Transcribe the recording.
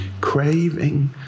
craving